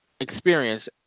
experience